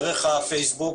דרך הפייסבוק,